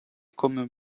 comme